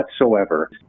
whatsoever